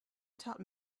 taught